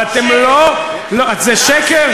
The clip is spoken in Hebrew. אבל אתם לא, זה שקר.